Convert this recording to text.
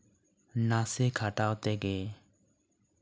ᱱᱟᱥᱮ ᱠᱷᱟᱴᱟᱣ ᱛᱮᱜᱮ